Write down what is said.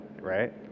right